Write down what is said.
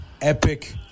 epic